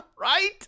Right